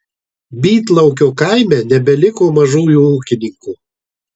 bytlaukio kaime nebeliko mažųjų ūkininkų